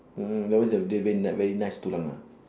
mm no more the the very ni~ very nice tulang ah